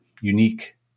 unique